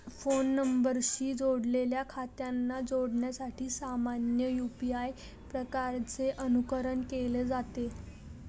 phone नंबरशी जोडलेल्या खात्यांना जोडण्यासाठी सामान्य यू.पी.आय प्रक्रियेचे अनुकरण केलं जात